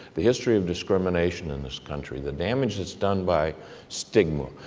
the history of discrimination in this country, the damage that's done by stigma,